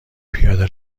پیاده